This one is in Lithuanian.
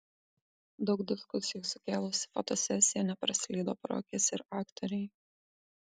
daug diskusijų sukėlusi fotosesija nepraslydo pro akis ir aktorei